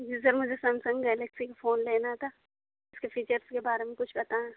جی سرمجھے Samsung Galaxy کا phone لینا تھا اُس کے فیچرس کے بارے میں کچھ بتائیں